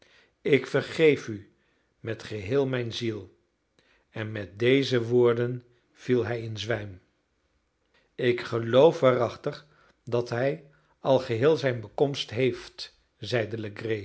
ik vergeef u met geheel mijne ziel en met deze woorden viel hij in zwijm ik geloof waarachtig dat hij al geheel zijn bekomst heeft zeide